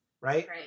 right